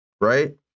right